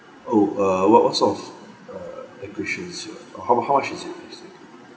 oh uh what was off uh a questions ya how how much is it